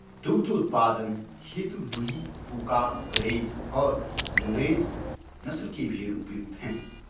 दुग्ध उत्पादन हेतु लूही, कूका, गरेज और नुरेज नस्ल के भेंड़ उपयुक्त है